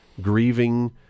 grieving